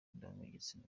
ndangagitsina